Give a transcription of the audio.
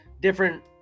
different